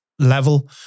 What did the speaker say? level